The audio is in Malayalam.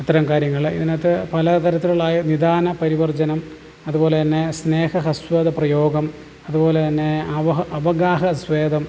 അത്തരം കാര്യങ്ങൾ ഇതിനകത്ത് പല തരത്തിലുള്ള വിധാനപരിവർജ്ജനം അതുപോലെതന്നെ സ്നേഹഹസ്വതപ്രയോഗം അതുപോലെതന്നെ അവഗാഹസ്വേതം